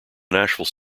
nashville